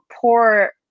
poor